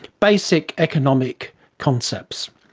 basic economic concepts.